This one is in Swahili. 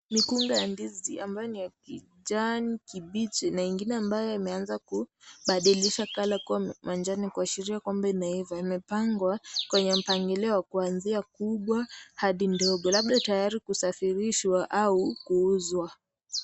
Mikungu ya ndizi ambayo ni ya kijani kibichi na ingine ambayo imeanza kubadilisha colour kuwa manjano, kuashiria kwamba inaiva. Imepangwa kwenye mpangilio wa kuanzia kubwa hadi ndogo labda tayari kusafirishwa au kuuzwa.